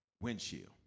Windshield